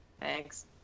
Thanks